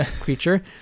creature